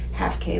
half-K